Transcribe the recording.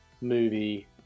movie